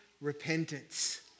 repentance